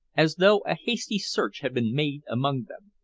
as though a hasty search had been made among them.